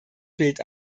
bild